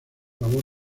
labor